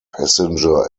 passenger